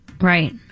Right